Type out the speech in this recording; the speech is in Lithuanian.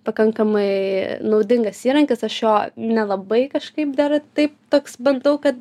pakankamai naudingas įrankis aš jo nelabai kažkaip dar taip toks bandau kad